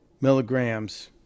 milligrams